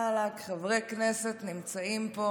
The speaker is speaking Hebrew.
וחברי כנסת נמצאים פה